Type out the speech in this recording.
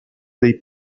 dei